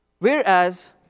Whereas